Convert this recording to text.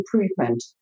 improvement